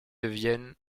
deviennent